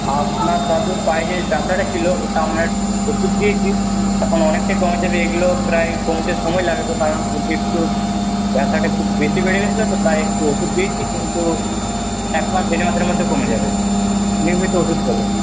আপনার দাদুর স্পাইনের ব্যাথাটা ছিলো ওটা আমরা ওষুধ দিয়েছি এখন অনেকটাই কমেছে এগুলো প্রায় কমতে সময় লাগবে কারণ একটু ব্যথাটা একটু বেশি বেড়ে গিয়েছিলো তো তাই একটু ওষুধ দিয়েছি কিন্তু এক মাস দেড় মাসের মধ্যে কমে যাবে নিয়মিত ওষুধ খেলে